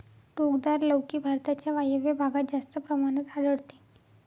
टोकदार लौकी भारताच्या वायव्य भागात जास्त प्रमाणात आढळते